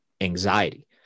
anxiety